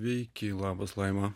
sveiki labas laima